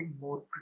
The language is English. more